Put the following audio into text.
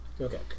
Okay